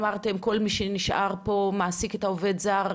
אמרתם כל מי שנשאר פה מעסיק את העובד הזר,